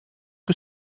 que